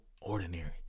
ordinary